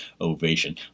ovation